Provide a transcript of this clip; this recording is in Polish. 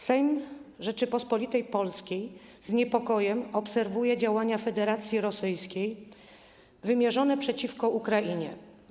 Sejm Rzeczypospolitej Polskiej z niepokojem obserwuje działania Federacji Rosyjskiej wymierzone przeciwko Ukrainie.